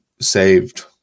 saved